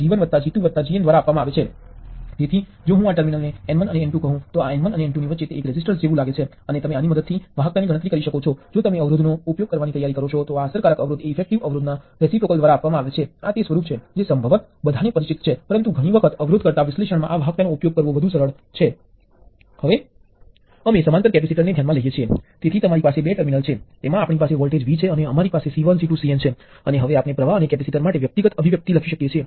જણાવી દઈએ કે આ વોલ્ટેજ સ્ત્રોતમાં V વેલ્યુ નથી અને અમે તેની આજુબાજુ કોઈ પણ એલિમેન્ટ ને કનેક્ટ કરી શકીએ છીએ